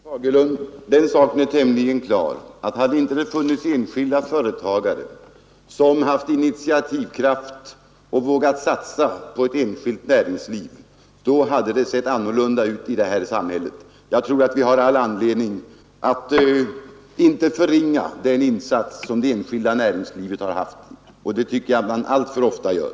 Herr talman! Den saken är tämligen klar, herr Fagerlund, att hade det inte funnits enskilda företagare som haft initiativkraft och vågat satsa på ett enskilt näringsliv, hade det sett annorlunda ut i det här samhället. Jag tror att vi har all anledning att inte förringa det enskilda näringslivets insatser — det tycker jag att man alltför ofta gör.